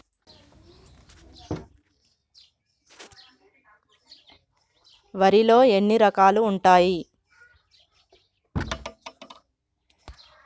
వరిలో ఎన్ని రకాలు ఉంటాయి?